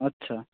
আচ্ছা